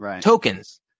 Tokens